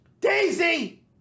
Daisy